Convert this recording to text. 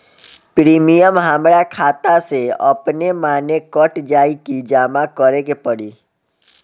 Premium हमरा खाता से अपने माने कट जाई की जमा करे के पड़ी?